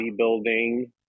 bodybuilding